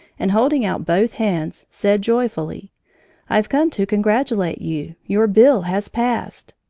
and holding out both hands, said joyfully i've come to congratulate you. your bill has passed!